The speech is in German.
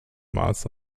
maße